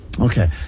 Okay